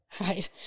right